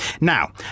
Now